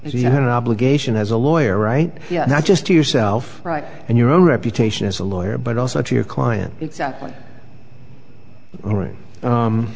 you had an obligation as a lawyer right not just to yourself and your own reputation as a lawyer but also to your client exactly right